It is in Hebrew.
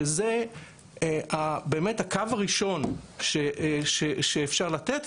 שזה באמת הקו הראשון שאפשר לתת,